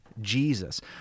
Jesus